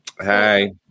hi